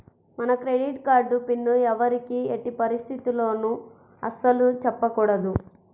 మన credit card pin ఎవ్వరికీ ఎట్టి పరిస్థితుల్లోనూ అస్సలు చెప్పకూడదు